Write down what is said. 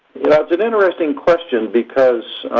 you know, it's an interesting question because,